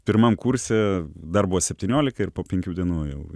pirmam kurse dar buvo septyniolika ir po penkių dienų jau